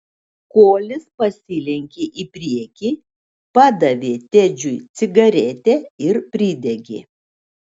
kolis pasilenkė į priekį padavė tedžiui cigaretę ir pridegė